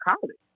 college